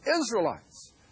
Israelites